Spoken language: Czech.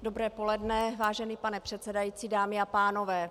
Dobré poledne, vážený pane předsedající, dámy a pánové.